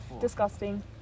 Disgusting